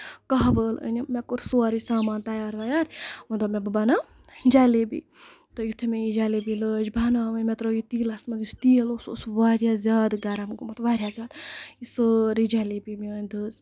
کَہوٕ ٲلہٕ أنم مےٚ کوٚر سورُے سامان تَیار وَیار ووٚنۍ دوٚپ مےٚ بہٕ بَناوٕ جلیبی تہٕ یِتھُے مےٚ یہِ جلیبی لٲجۍ بَناوٕنۍ مےٚ ترٲو یہِ تیٖلَس منٛز یُس یہِ تیٖل اوس سُہ اوس واریاہ زیادٕ گرم گوٚمُت واریاہ زیادٕ سٲرٕے جلیبی میٲنۍ دٔز